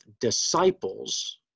disciples